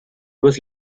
was